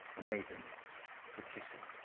a maiden for kissing.